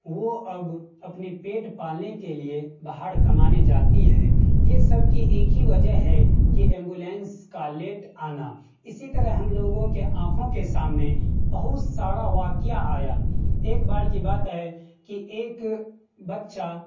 وہ اب اپنی پیٹ پالنے کے لیے باہر کمانے جاتی ہے یہ سب کی ایک ہی وجہ ہے کہ ایمبولنس کا لیٹ آنا اسی طرح ہم لوگوں کے آنکھوں کے سامنے بہت سارا واقعہ آیا ایک بار کی بات ہے کہ ایک بچہ